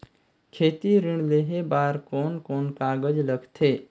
खेती ऋण लेहे बार कोन कोन कागज लगथे?